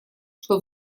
что